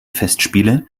festspiele